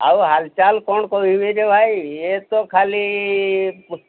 ଆଉ ହାଲଚାଲ କ'ଣ କହିବିରେ ଭାଇ ଇଏ ତ ଖାଲି